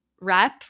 rep